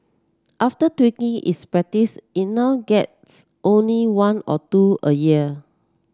after tweaking is practice it now gets only one or two a year